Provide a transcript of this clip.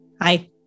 hi